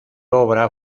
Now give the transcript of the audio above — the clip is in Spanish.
obra